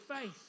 faith